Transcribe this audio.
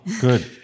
Good